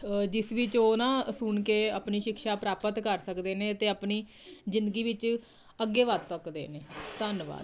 ਜਿਸ ਵਿੱਚ ਉਹ ਨਾ ਸੁਣ ਕੇ ਆਪਣੀ ਸ਼ਿਕਸ਼ਾ ਪ੍ਰਾਪਤ ਕਰ ਸਕਦੇ ਨੇ ਅਤੇ ਆਪਣੀ ਜ਼ਿੰਦਗੀ ਵਿੱਚ ਅੱਗੇ ਵੱਧ ਸਕਦੇ ਨੇ ਧੰਨਵਾਦ